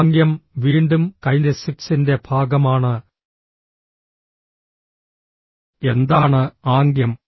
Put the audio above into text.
ആംഗ്യം വീണ്ടും കൈനെസിക്സിന്റെ ഭാഗമാണ് എന്താണ് ആംഗ്യം